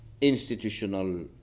institutional